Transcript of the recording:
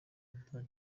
nta